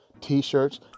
t-shirts